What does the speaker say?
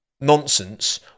nonsense